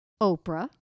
Oprah